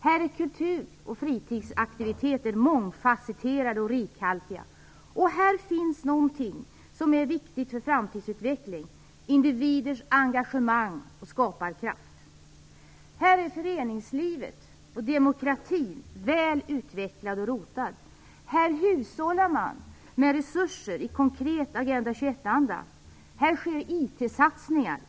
Här är kultur och fritidsaktiviteter mångfacetterade och rikhaltiga. Här finns någonting som är viktigt för framtidsutveckling: individers engagemang och skaparkraft. Här är föreningslivet och demokratin väl utvecklad och rotad. Här hushållar man med resurser i konkret Agenda 21-anda. Här sker IT-satsningar.